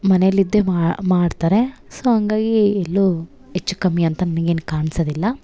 ಮನೆಲಿದ್ದೆ ಮಾಡ್ತಾರೆ ಸೋ ಹಂಗಾಗೀ ಎಲ್ಲೂ ಹೆಚ್ಚು ಕಮ್ಮಿ ಅಂತ ನನಗೇನು ಕಾಣ್ಸೋದಿಲ್ಲ